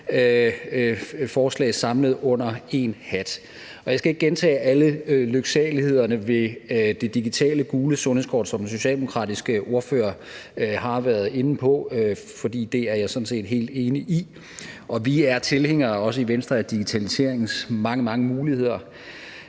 forslag samlet under én hat. Jeg skal ikke gentage alle lyksalighederne ved det digitale gule sundhedskort, som den socialdemokratiske ordfører har været inde på, for det er jeg sådan set helt enig i. Og vi er også i Venstre tilhængere af digitaliseringens mange, mange muligheder,